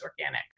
organic